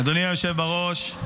אדוני היושב בראש,